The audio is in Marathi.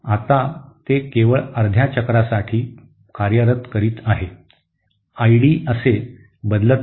आता ते केवळ अर्ध्या चक्रासाठी कार्यरत करीत आहे आय डी असे बदलत नाही